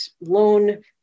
loan